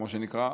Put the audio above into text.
כמו שנקרא,